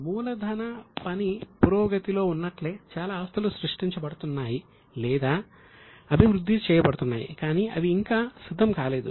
మూలధన పని పురోగతిలో ఉన్నట్లే చాలా ఆస్తులు సృష్టించబడుతున్నాయి లేదా అభివృద్ధి చేయబడుతున్నాయి కానీ అవి ఇంకా సిద్ధం కాలేదు